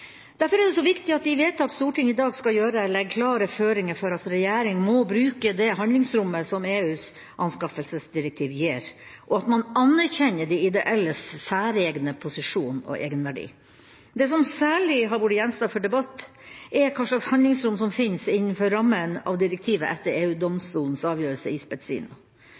Derfor er det så viktig at de vedtak Stortinget i dag skal gjøre, legger klare føringer for at regjeringa må bruke det handlingsrommet som EUs anskaffelsesdirektiv gir, og at man anerkjenner de ideelles særegne posisjon og egenverdi. Det som særlig har vært gjenstand for debatt, er hva slags handlingsrom som finnes innenfor rammene av direktivet etter EU-domstolens avgjørelse i